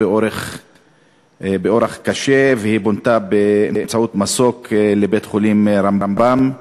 באורח קשה ופונתה במסוק לבית-החולים רמב"ם.